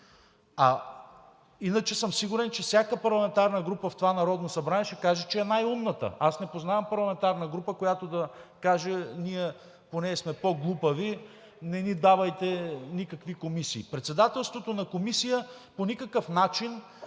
иначе съм сигурен, че всяка парламентарна група в това Народно събрание ще каже, че е най умната. Аз не познавам парламентарна група, която да каже: ние, понеже сме по-глупави, не ни давайте никакви комисии. Председателството на комисия по никакъв начин